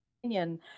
opinion